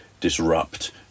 disrupt